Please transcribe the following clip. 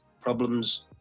problems